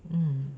mm